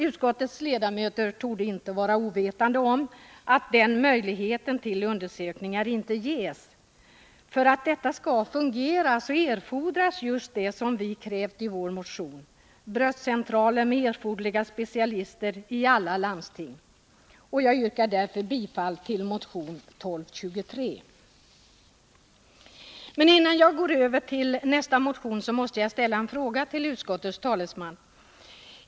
Utskottets ledamöter torde inte vara ovetande om att den möjligheten till undersökningar inte ges. För att detta skall fungera erfordras just det som vi krävt i vår motion, nämligen bröstcentraler med erforderliga specialister i alla landstingsområden. Jag yrkar därför bifall till motion 1223. Innan jag går över till nästa motion måste jag ställa en fråga till utskottets talesman.